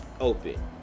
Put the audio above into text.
open